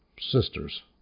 sisters